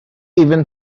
even